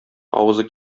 авызы